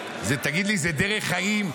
תגיד לי, זו דרך חיים?